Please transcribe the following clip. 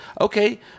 Okay